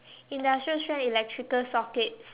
industrial strength electrical sockets